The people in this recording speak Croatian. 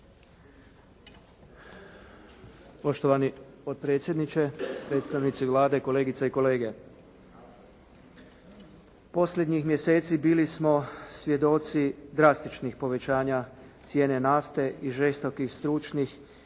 Poštovani potpredsjedniče, predstavnici Vlade, kolegice i kolege. Posljednjih mjeseci bili smo svjedoci drastičnih povećanja cijene nafte i žestokih, stručnih